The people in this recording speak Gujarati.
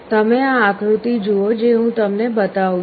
તમે આ આકૃતિ જુઓ જે હું તમને બતાવું છું